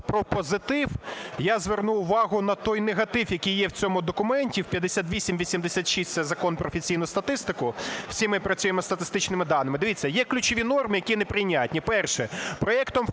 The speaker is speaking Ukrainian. про позитив, я зверну увагу на той негатив, який є в цьому документі, в 5886. Це Закон про офіційну статистику. Всі ми працюємо з статистичними даними. Дивіться, є ключові норми, які неприйнятні. Перше – проектом